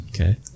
Okay